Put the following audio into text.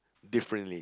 differently